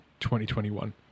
2021